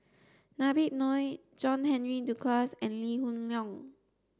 Nabib Noh John Henry Duclos and Lee Hoon Leong